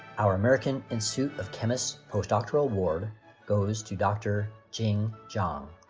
our american institute of chemists postdoctoral award goes to dr. jing zhang.